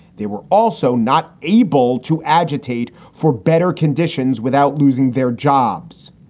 they were also not able to agitate for better conditions without losing their jobs.